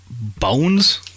bones